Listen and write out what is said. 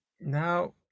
Now